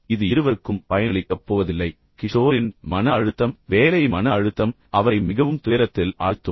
இது இருவருக்கும் பயனளிக்கப் போவதில்லை கிஷோரின் மன அழுத்தம் வேலை மன அழுத்தம் அவரை மிகவும் துயரத்தில் ஆழ்த்தும்